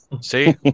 See